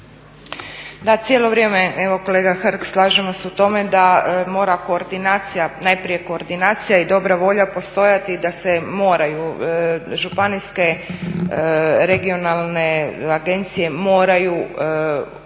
Da, cijelo vrijeme evo kolega Hrg slažemo se u tome da mora koordinacija, najprije koordinacija i dobra volja postojati da se moraju županijske regionalne agencije moraju